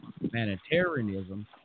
humanitarianism